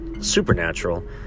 supernatural